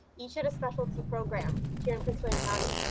each at a specialty program here in prince william county.